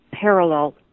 parallel